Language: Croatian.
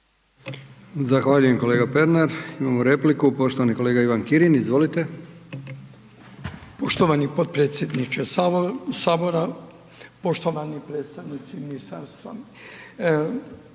Zahvaljujem kolega Pernar. Imamo repliku, poštovani kolega Ivan Kirin. Izvolite. **Kirin, Ivan (HDZ)** Poštovani potpredsjedniče sabora, poštovani predstavnici ministarstva,